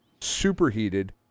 superheated